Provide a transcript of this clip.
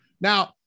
Now